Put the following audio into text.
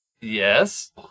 Yes